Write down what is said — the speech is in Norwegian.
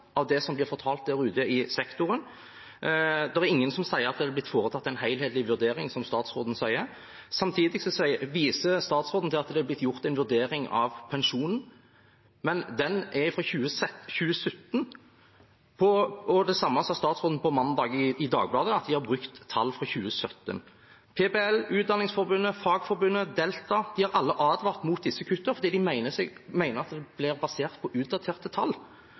av det som blir fortalt der ute i sektoren. Det er ingen som sier at det er blitt foretatt en helhetlig vurdering, som statsråden sier. Samtidig viser statsråden til at det er blitt gjort en vurdering av pensjonen, men den er fra 2017. Det samme sa statsråden til Dagbladet på mandag, at de har brukt tall fra 2017. PBL, Utdanningsforbundet, Fagforbundet, Delta – de har alle advart mot disse kuttene, for de mener at de blir basert på utdaterte tall.